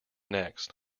next